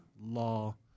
law